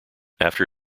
after